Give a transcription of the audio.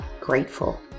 grateful